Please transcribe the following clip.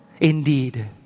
indeed